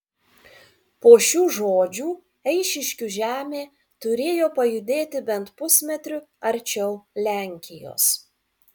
po šių žodžių eišiškių žemė turėjo pajudėti bent pusmetriu arčiau lenkijos